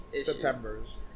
September's